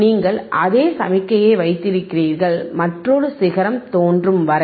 நீங்கள் அதே சமிக்ஞையை வைத்திருங்கள் மற்றொரு சிகரம் தோன்றும் வரை